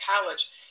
college